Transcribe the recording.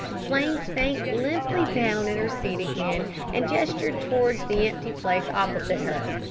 flame sank limply down in her seat again and gestured towards the empty place opposite her.